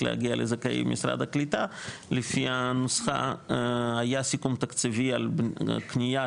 להגיע לזכאי משרד הקליטה לפי הנוסחה היה סיכום תקציבי על קנייה,